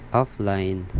offline